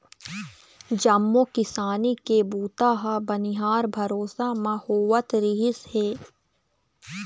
जम्मो किसानी के बूता ह बनिहार भरोसा म होवत रिहिस हे